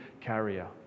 carrier